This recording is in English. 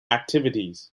activities